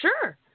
Sure